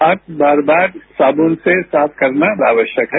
हाथ बार बार साबून से साफ करना आवश्यक है